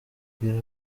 abwira